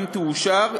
אם תאושר,